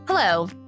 Hello